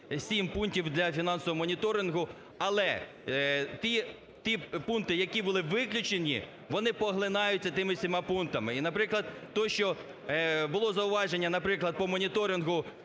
7 пунктів для фінансового моніторингу. Але ті пункти, які були виключені, вони поглинаються тими всіма пунктами. І, наприклад, те, що було зауваження, наприклад, по моніторингу